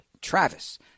Travis